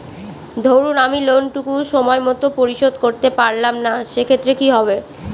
ধরুন আমি লোন টুকু সময় মত পরিশোধ করতে পারলাম না সেক্ষেত্রে কি হবে?